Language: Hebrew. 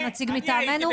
הנציג מטעמנו,